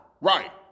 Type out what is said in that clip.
Right